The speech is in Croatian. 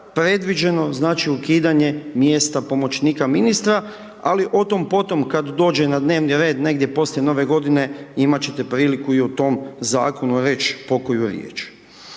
predviđeno znači ukidanje mjesta pomoćnika ministra ali o tom potom kad dođe na dnevni red negdje poslije nove godine imati ćete priliku i o tom zakonu reći pokoju riječ.